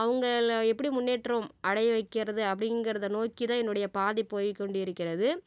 அவங்கள எப்படி முன்னேற்றம் அடைய வைக்கிறது அப்படிங்கிறத நோக்கி தான் என்னுடைய பாதை போய் கொண்டிருக்கிறது